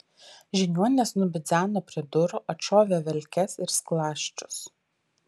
žiniuonis nubidzeno prie durų atšovė velkes ir skląsčius